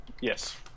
Yes